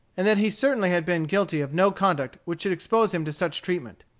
and that he certainly had been guilty of no conduct which should expose him to such treatment.